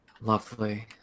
Lovely